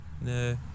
no